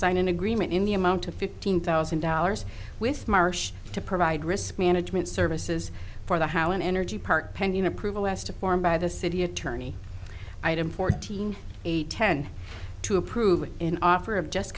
sign an agreement in the amount of fifteen thousand dollars with marsh to provide risk management services for the hauen energy part pending approval as to form by the city attorney item fourteen eight ten to approve an offer of just